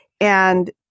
And-